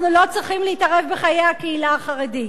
אנחנו לא צריכים להתערב בחיי הקהילה החרדית.